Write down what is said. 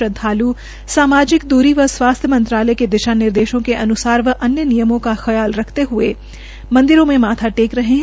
श्रद्धाल् सामाजिक दूरी और स्वास्थ्य मंत्रालय के दिशा निर्देशों के अन्सार व अन्य विभागों का ख्याल रखते हये मंदिरों में माथा टेक रहे है